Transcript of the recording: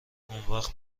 اونوقت